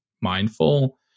mindful